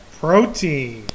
protein